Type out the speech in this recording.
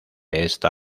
esta